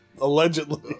Allegedly